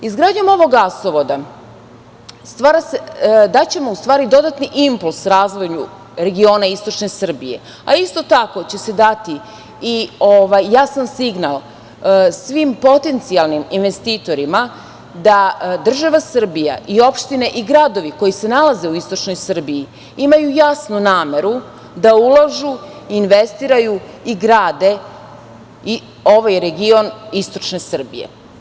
Izgradnjom ovog gasovoda daćemo dodatni impuls razvoju regiona istočne Srbije, a isto tako će se dati jasan signal svim potencijalnim investitorima da država Srbija, opštine i gradovi koji se nalaze u istočnoj Srbiji imaju jasnu nameru da ulažu, investiraju i grade ovaj region istočne Srbije.